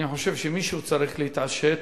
אני חושב שמישהו צריך להתעשת